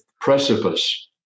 precipice